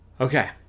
Okay